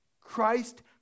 Christ